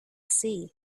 sea